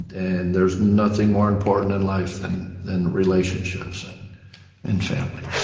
and there is nothing more important in life and than relationships and and family.